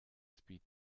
speed